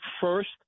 first